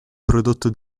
prodotto